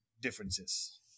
differences